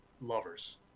lovers